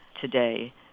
today